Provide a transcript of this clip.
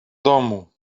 domu